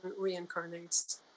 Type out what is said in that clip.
reincarnates